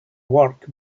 work